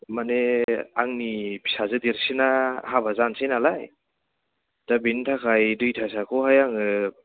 माने आंनि फिसाजो देरसिना हाबा जानोसै नालाय दा बेनि थाखाय दैथायसारखौहाय आङो